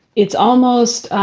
it's almost